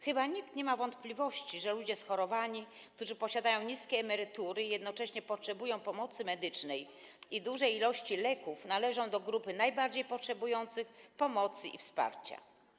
Chyba nikt nie ma wątpliwości, że ludzie schorowani, którzy posiadają niskie emerytury i jednocześnie potrzebują pomocy medycznej i dużej ilości leków, należą do grupy najbardziej potrzebujących pomocy i wsparcia.